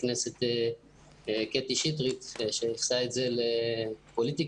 הכנסת קטי שטרית שניכסה את זה לפוליטיקה,